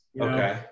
okay